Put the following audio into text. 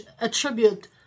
attribute